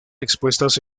expuestas